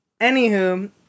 Anywho